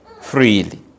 freely